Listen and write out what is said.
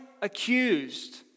accused